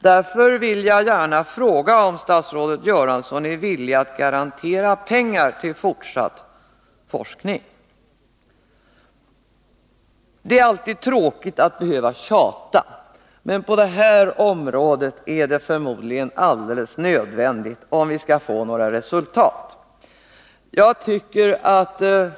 Därför vill jag fråga om statsrådet Göransson är villig att garantera pengar till fortsatt forskning. Det är alltid tråkigt att behöva tjata, men på det här området är det förmodligen helt nödvändigt om vi skall få några resultat.